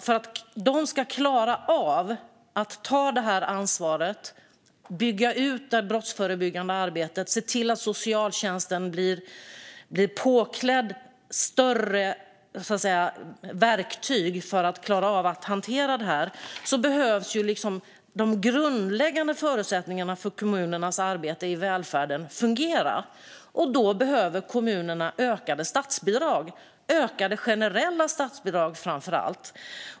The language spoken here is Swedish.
För att de ska klara av att ta det ansvaret, bygga ut det brottsförebyggande arbetet och se till att socialtjänsten får en större verktygslåda för att klara av att hantera det behöver de grundläggande förutsättningarna för kommunernas arbete i välfärden fungera. Då behöver kommunerna ökade statsbidrag, framför allt ökade generella statsbidrag.